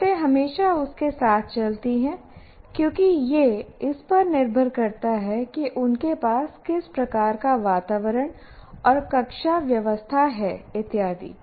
शर्तें हमेशा उसके साथ चलती हैं क्योंकि यह इस पर निर्भर करता है उनके पास किस प्रकार का वातावरण और कक्षा व्यवस्था है इत्यादि